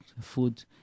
food